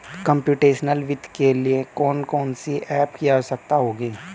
Computational वित्त के लिए कौन कौन सी एप की आवश्यकता होगी?